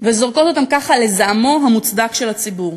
וזורקות אותם, ככה, לזעמו המוצדק של הציבור.